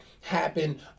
happen